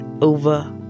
over